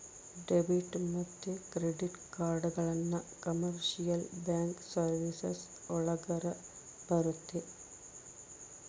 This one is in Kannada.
ಡೆಬಿಟ್ ಮತ್ತೆ ಕ್ರೆಡಿಟ್ ಕಾರ್ಡ್ಗಳನ್ನ ಕಮರ್ಶಿಯಲ್ ಬ್ಯಾಂಕ್ ಸರ್ವೀಸಸ್ ಒಳಗರ ಬರುತ್ತೆ